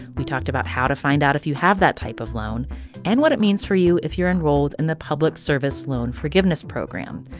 we talked about how to find out if you have that type of loan and what it means for you if you're enrolled in the public service loan forgiveness program.